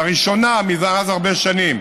לראשונה זה הרבה שנים,